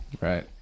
Right